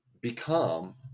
become